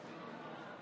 והספורט.